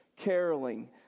caroling